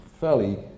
fairly